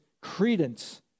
credence